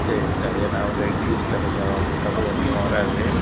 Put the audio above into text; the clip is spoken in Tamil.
சரி சார் ஏன்னா அவங்க இங்கிலிஷில் கொஞ்சம் அவங்களுக்கு தமிழ் அதிகமாக வராது